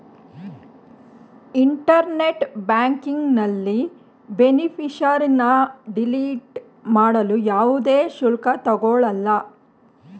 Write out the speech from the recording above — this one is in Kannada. ಇಂಟರ್ನೆಟ್ ಬ್ಯಾಂಕಿಂಗ್ನಲ್ಲಿ ಬೇನಿಫಿಷರಿನ್ನ ಡಿಲೀಟ್ ಮಾಡಲು ಯಾವುದೇ ಶುಲ್ಕ ತಗೊಳಲ್ಲ